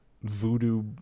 voodoo